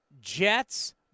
Jets